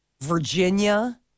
Virginia